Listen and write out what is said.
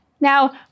Now